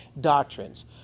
doctrines